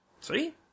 See